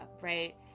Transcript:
Right